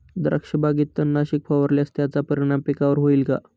द्राक्षबागेत तणनाशक फवारल्यास त्याचा परिणाम पिकावर होईल का?